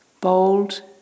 bold